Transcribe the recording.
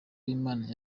uwimana